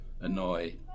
annoy